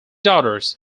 daughters